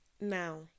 Now